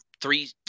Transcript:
three